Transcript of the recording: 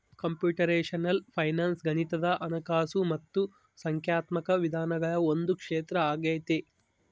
computational finance ಗಣಿತದ ಹಣಕಾಸು ಮತ್ತು ಸಂಖ್ಯಾತ್ಮಕ ವಿಧಾನಗಳ ಒಂದು ಕ್ಷೇತ್ರ ಆಗೈತೆ